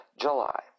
July